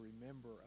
remember